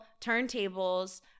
turntables